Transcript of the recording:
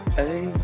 hey